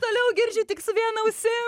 toliau girdžiu tik su viena ausim